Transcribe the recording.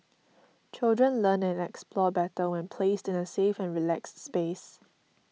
children learn and explore better when placed in a safe and relaxed space